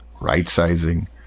right-sizing